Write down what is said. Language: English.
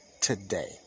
today